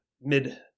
mid